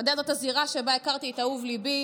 אתה יודע, זו הזירה שבה הכרתי את אהוב ליבי,